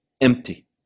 empty